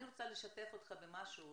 אני רוצה לשתף אותך במשהו,